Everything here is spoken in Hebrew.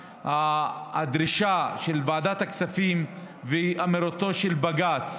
הדרישה של ועדת הכספים ואמירתו של בג"ץ,